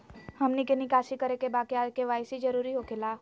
हमनी के निकासी करे के बा क्या के.वाई.सी जरूरी हो खेला?